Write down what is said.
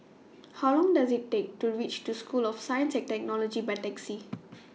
How Long Does IT Take to REACH to School of Science and Technology By Taxi